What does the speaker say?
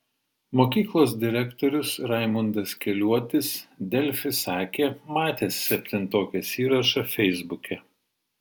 mokyklos direktorius raimundas keliuotis delfi sakė matęs septintokės įrašą feisbuke